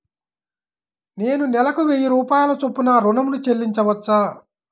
నేను నెలకు వెయ్యి రూపాయల చొప్పున ఋణం ను చెల్లించవచ్చా?